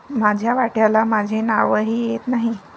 माझ्या वाट्याला माझे नावही येत नाही